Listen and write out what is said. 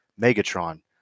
Megatron